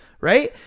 right